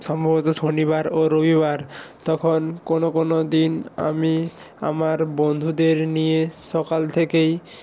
সম্ভবত শনিবার ও রবিবার তখন কোনো কোনো দিন আমি আমার বন্ধুদের নিয়ে সকাল থেকেই